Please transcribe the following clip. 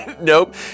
Nope